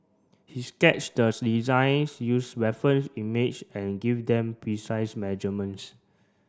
he sketch the designs use reference image and give them precise measurements